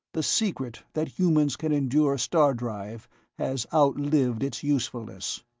the secret that humans can endure star-drive has outlived its usefulness.